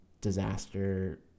disaster